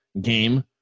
game